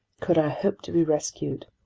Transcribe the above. could i hope to be rescued?